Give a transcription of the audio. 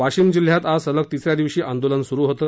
वाशिम जिल्ह्यात आज सलग तिसऱ्या दिवशी आंदोलन सुरु होत